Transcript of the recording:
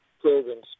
programs